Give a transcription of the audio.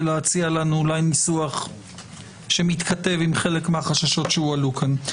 ולהציע לנו אולי ניסוח שמתכתב עם חלק מהחששות שהועלו כאן.